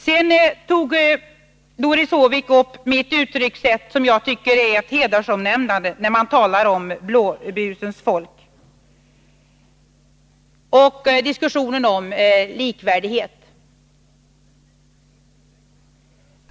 Vidare tog Doris Håvik upp mitt uttryck ”blåblusens folk”, som jag tycker är ett hedersomnämnande, och berörde diskussionen om likvärdighet.